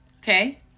Okay